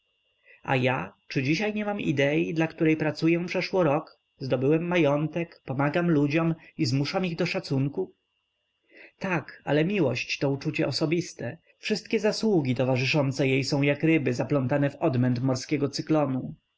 a ja czy dzisiaj nie mam idei dla której pracuję przeszło rok zdobyłem majątek pomagam ludziom i zmuszam ich do szacunku tak ale miłość to uczucie osobiste wszystkie zasługi towarzyszące jej są jak ryby zaplątane w odmęt morskiego cyklonu